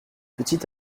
petit